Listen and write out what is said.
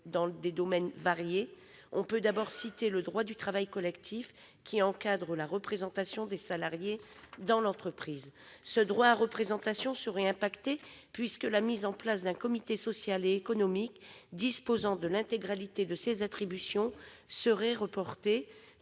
dans des domaines variés. Il en est ainsi du droit du travail collectif, qui encadre la représentation des salariés dans l'entreprise. Ce droit à représentation serait mis à mal, puisque la réunion d'un comité social et économique disposant de l'intégralité de ses attributions serait reportée,